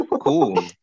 cool